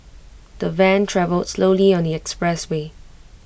the van travelled slowly on the expressway